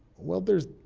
well, there's,